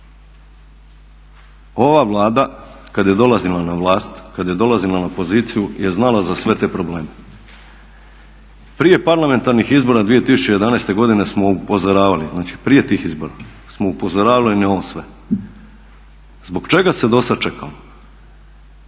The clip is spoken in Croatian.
Ova Vlada kada je dolazila na vlast, kada je dolazila na poziciju je znala za sve te probleme. Prije parlamentarnih izbora 2011.godine smo upozoravali, znači prije tih izbora smo upozoravali na ovo sve. Zbog čega se do sada čekalo?